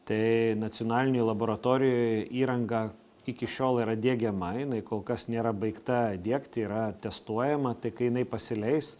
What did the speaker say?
tai nacionalinėj laboratorijoj įranga iki šiol yra diegiama jinai kol kas nėra baigta diegti yra testuojama tai kai jinai pasileis